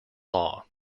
law